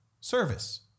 service